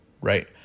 right